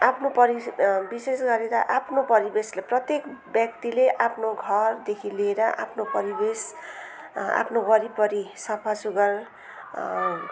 आफ्नो परिस विशेष गरी त आफ्नो परिवेशले प्रत्येक व्यक्तिले आफ्नो घरदेखि लिएर आफ्नो परिवेश आफ्नो वरिपरि सफासुग्घर